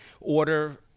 order